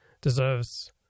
deserves